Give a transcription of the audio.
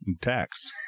tax